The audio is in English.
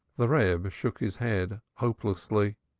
the reb shook his head hopelessly.